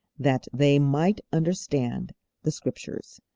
that they might understand the scriptures.